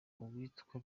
uwitwa